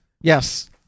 Yes